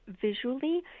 visually